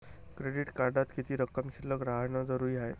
Credit कार्डात किती रक्कम शिल्लक राहानं जरुरी हाय?